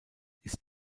ist